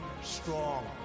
strong